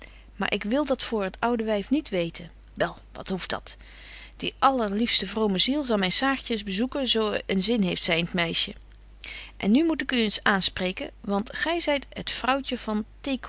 maar ik wil dat voor het ouwe wyf niet weten wel wat hoeft dat die allerliefste vrome ziel zal myn saartje eens bezoeken zo een zin heeft zy in t meisje en nu moet ik u eens aanspreken want gy zyt het vrouwtje van